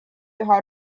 üha